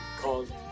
called